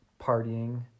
partying